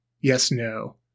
yes-no